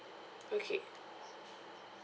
okay